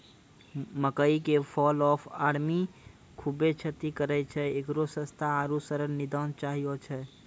मकई मे fall of army खूबे क्षति करेय छैय, इकरो सस्ता आरु सरल निदान चाहियो छैय?